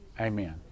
amen